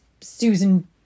Susan